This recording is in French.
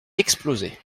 explosé